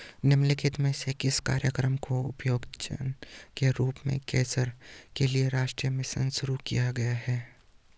निम्नलिखित में से किस कार्यक्रम को उपयोजना के रूप में कैंसर के लिए राष्ट्रीय मिशन शुरू किया गया है?